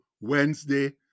Wednesday